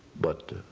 but